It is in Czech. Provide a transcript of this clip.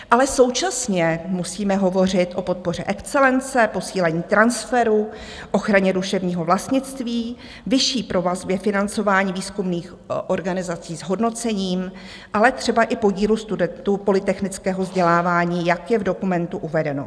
Ale současně musíme hovořit o podpoře excelence, posílení transferu, o ochraně duševního vlastnictví, vyšší provazbě financování výzkumných organizací s hodnocením, ale třeba i podílu studentů polytechnického vzdělávání, jak je v dokumentu uvedeno.